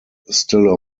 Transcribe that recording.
still